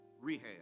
rehab